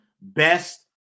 best